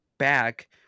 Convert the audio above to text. back